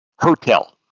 Hotel